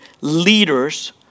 leaders